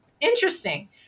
interesting